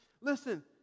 Listen